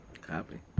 Copy